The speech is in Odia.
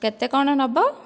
କେତେ କ'ଣ ନେବ